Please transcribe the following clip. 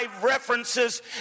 references